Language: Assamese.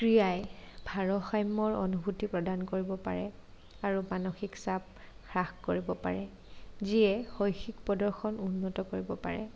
ক্ৰীড়াই ভাৰসাম্যৰ অনুভূতি প্ৰদান কৰিব পাৰে আৰু মানসিক চাপ হ্ৰাস কৰিব পাৰে যিয়ে শৈক্ষিক প্ৰদৰ্শন উন্নত কৰিব পাৰে